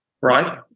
right